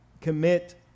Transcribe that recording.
commit